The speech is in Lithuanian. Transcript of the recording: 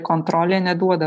kontrolė neduoda